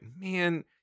man